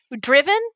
Driven